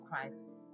christ